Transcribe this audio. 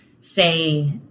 say